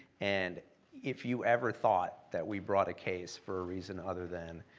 and if you ever thought that we brought a case for a reason other than